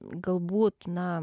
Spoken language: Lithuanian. galbūt na